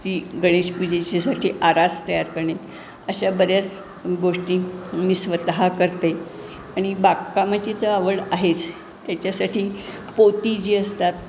जी गणेश पूजेच्यासाठी आरास तयार करणे अशा बऱ्याच गोष्टी मी स्वतः करते आणि बागकामाची तर आवड आहेच त्याच्यासाठी पोती जी असतात